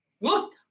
Look